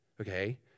Okay